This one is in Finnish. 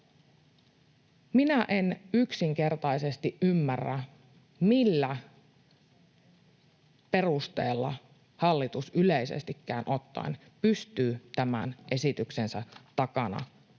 Minä en yksinkertaisesti ymmärrä, millä perusteella hallitus yleisestikään ottaen pystyy tämän esityksensä takana